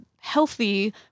healthy